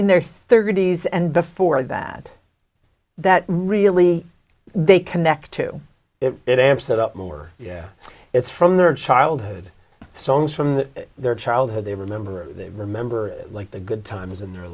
in their thirty's and before that that really they connect to it and set up more yeah it's from their childhood songs from that their childhood they remember they remember like the good times in their